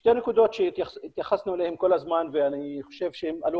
שתי נקודות שהתייחסנו אליהן כל הזמן ואני חושב שהן עלו